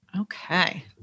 Okay